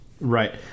Right